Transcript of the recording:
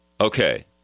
Okay